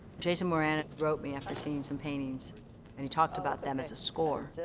jason moran wrote me after seeing some paintings and he talked about them as a score.